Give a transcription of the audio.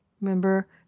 Remember